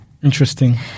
Interesting